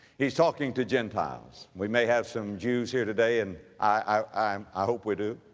he's talking to gentiles. we may have some jews here today and i, i, um i hope we do,